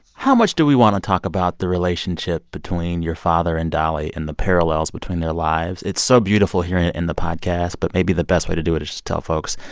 how much do we want to talk about the relationship between your father and dolly and the parallels between their lives? it's so beautiful hearing it in the podcast, but maybe the best way to do it is just to tell folks,